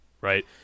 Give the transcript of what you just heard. right